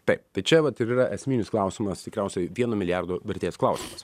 taip tai čia vat ir yra esminis klausimas tikriausiai vieno milijardo vertės klausimas